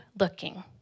looking